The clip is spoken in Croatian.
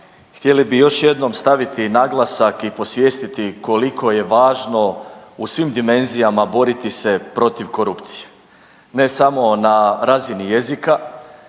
htjeli bi još jednom staviti naglasak i posvjestiti koliko je važno u svim dimenzijama boriti se protiv korupcije. Ne samo na razini jezika,